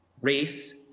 race